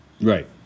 Right